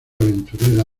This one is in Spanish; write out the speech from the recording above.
aventurera